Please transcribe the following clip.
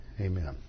Amen